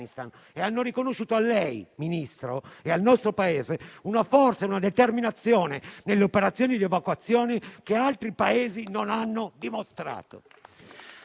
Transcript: e hanno riconosciuto a lei, Ministro, e al nostro Paese una forza e una determinazione nelle operazioni di evacuazione che altri Paesi non hanno dimostrato.